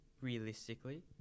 realistically